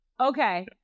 okay